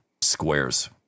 squares